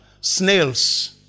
snails